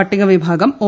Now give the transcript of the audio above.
പട്ടിക വിഭാഗം ഒ